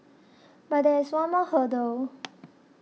but there is one more hurdle